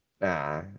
Nah